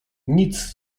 nic